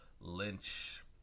Lynch